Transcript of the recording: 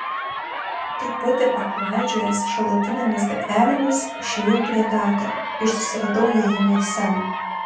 truputį paklaidžiojęs šalutinėmis gatvelėmis išėjau prie teatro ir susiradau įėjimą į sceną